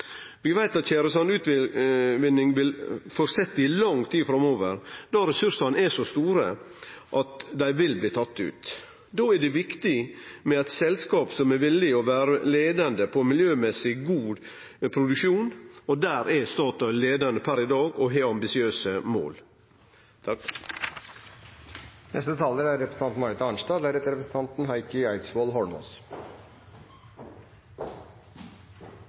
Vi veit at tjæresandutvinning vil fortsetje i lang tid framover, då ressursane er så store at dei vil bli tatt ut. Då er det viktig med eit selskap som er villig til å vere leiande på miljømessig god produksjon. Der er Statoil leiande per i dag og har ambisiøse mål.